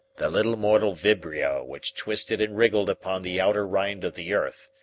the little mortal vibrio which twisted and wriggled upon the outer rind of the earth,